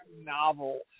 novels